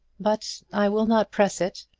but i will not press it.